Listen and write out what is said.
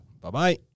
Bye-bye